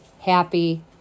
happy